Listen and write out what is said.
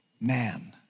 man